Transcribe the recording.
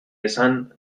esan